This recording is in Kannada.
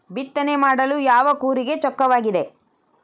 ಬಿತ್ತನೆ ಮಾಡಲು ಯಾವ ಕೂರಿಗೆ ಚೊಕ್ಕವಾಗಿದೆ?